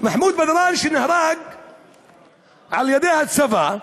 מחמוד בדראן, שנהרג על-ידי הצבא,